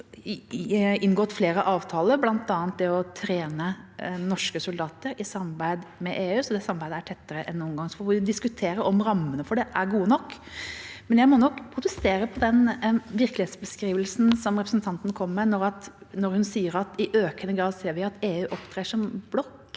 Vi har også inngått flere avtaler, bl.a. det å trene norske soldater i samarbeid med EU, så det samarbeidet er tettere enn noen gang. Vi kan diskutere om rammene for det er gode nok, men jeg må nok protestere på den virkelighetsbeskrivelsen som representanten kommer med når hun sier at vi i økende grad ser at EU opptrer som en blokk